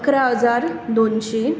अकरा हजार दोनशें